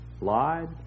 lied